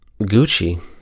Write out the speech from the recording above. Gucci